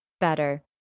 Better